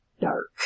dark